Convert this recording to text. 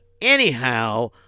anyhow